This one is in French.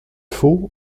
faulx